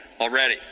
already